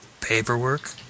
Paperwork